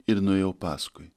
ir nuėjau paskui